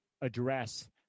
address